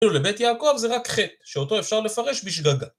אפילו לבית יעקב זה רק חטא, שאותו אפשר לפרש בשגגה.